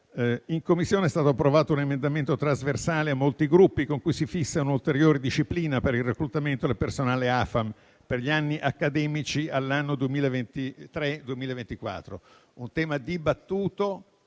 In Commissione è stato approvato un emendamento trasversale a molti Gruppi, con cui si fissa un'ulteriore disciplina per il reclutamento del personale AFAM per gli anni accademici 2003 e 2024. Si tratta di un tema dibattuto,